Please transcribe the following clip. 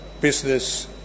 business